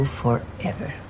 forever